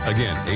Again